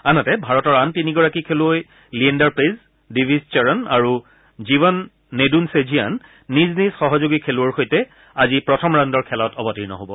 আনহাতে ভাৰতৰ আন তিনিগৰাকী খেলুৱৈ লিয়েণ্ডাৰ পেজ ডিভিছ চৰণ আৰু জীৱন নেদুনচেঝিয়ান নিজ নিজ সহযোগী খেলুৱৈৰ সৈতে আজি প্ৰথম ৰাউণ্ডৰ খেলত অৱতীৰ্ণ হব